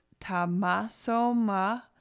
tamasoma